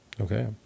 Okay